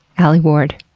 alie ward.